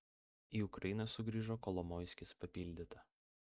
į ukrainą sugrįžo kolomoiskis papildyta